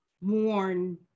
mourn